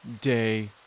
Day